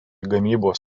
gamybos